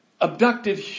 abducted